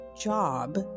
job